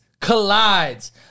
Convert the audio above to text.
collides